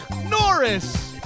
Norris